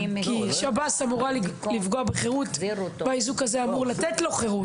כי שב"ס אמורה לפגוע בחירות והאיזוק הזה אמור לתת לו חירות,